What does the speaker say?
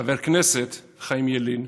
חבר הכנסת חיים ילין.